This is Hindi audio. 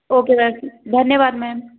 ओके मैम धन्यवाद मैम